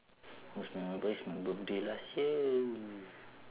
most memorable is my birthday last year